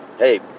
Hey